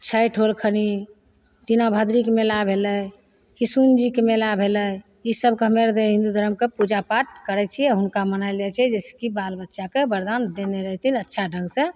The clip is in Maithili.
छठि होलखिन दीना भद्रीके मेला भेलै किशुनजीके मेला भेलै ईसबके हमे आओर हिन्दू धरमके पूजा पाठ करै छिए हुनका मनाएल जाइ छै जइसेकि बाल बच्चाके वरदान देने रहथिन अच्छा ढङ्गसे